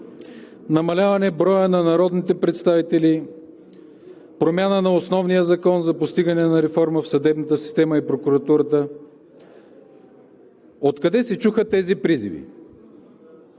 „Намаляване броя на народните представители.“ Промяна на основния закон за постигане на реформа в съдебната система и прокуратурата.“ Откъде се чуха тези призиви?